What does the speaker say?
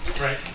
Right